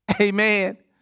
Amen